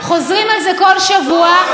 לחבר הכנסת מוסי רז אף אחד לא מעיר.